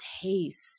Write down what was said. taste